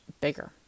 bigger